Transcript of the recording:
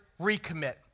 recommit